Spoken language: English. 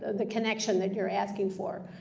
the connection that you're asking for.